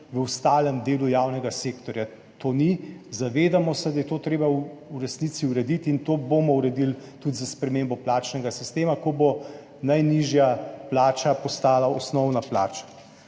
v ostalem delu javnega sektorja to ni. Zavedamo se, da je to treba v resnici urediti, in to bomo uredili tudi s spremembo plačnega sistema, ko bo najnižja plača postala osnovna plača.